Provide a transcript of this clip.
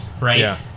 right